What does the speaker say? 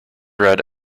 read